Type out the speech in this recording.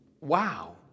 wow